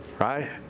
right